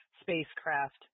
spacecraft